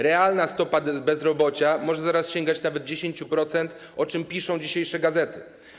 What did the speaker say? Realna stopa bezrobocia może zaraz sięgać nawet 10%, o czym piszą dzisiejsze gazety.